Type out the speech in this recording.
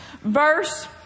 verse